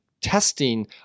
testing